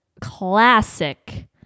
classic